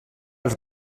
els